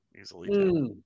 easily